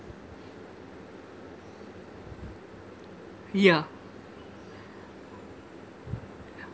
yeah